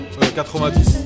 90